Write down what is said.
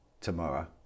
tomorrow